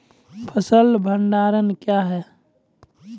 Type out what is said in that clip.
फसल भंडारण क्या हैं?